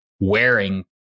Wearing